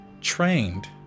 trained